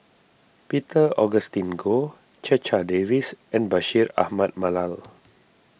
Peter Augustine Goh Checha Davies and Bashir Ahmad Mallal